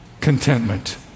contentment